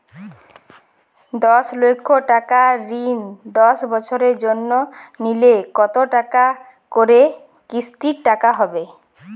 দশ লক্ষ টাকার ঋণ দশ বছরের জন্য নিলে কতো টাকা করে কিস্তির টাকা হবে?